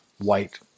white